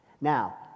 Now